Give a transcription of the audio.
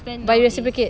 but you reciprocate